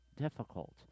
difficult